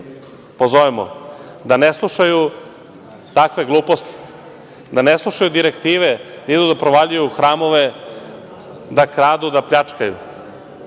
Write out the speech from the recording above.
pozovemo da ne slušaju takve gluposti, da ne slušaju direktive, da idu da provaljuju hramove, da kradu, da pljačkaju,